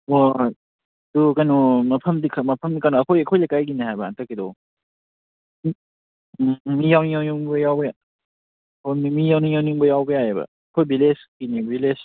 ꯑꯣ ꯑꯗꯨ ꯀꯩꯅꯣ ꯃꯐꯝꯗꯤ ꯑꯩꯈꯣꯏ ꯂꯩꯀꯥꯏꯒꯤꯅꯦ ꯍꯥꯏꯕ ꯍꯟꯇꯛꯀꯤꯗꯣ ꯎꯝ ꯃꯤ ꯌꯥꯎꯅꯤꯡ ꯌꯥꯎꯅꯤꯡ ꯌꯥꯎꯕ ꯌꯥꯏ ꯑꯣ ꯃꯤ ꯌꯥꯎꯅꯤꯡ ꯌꯥꯎꯅꯤꯡ ꯌꯥꯎꯕ ꯌꯥꯏꯌꯦꯕ ꯑꯩꯈꯣꯏ ꯚꯤꯂꯦꯖꯀꯤꯅꯦ ꯚꯤꯂꯦꯖ